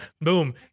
boom